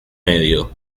medio